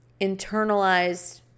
internalized